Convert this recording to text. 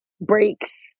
breaks